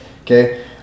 Okay